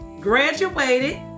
graduated